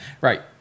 Right